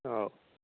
औ